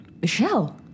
Michelle